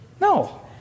No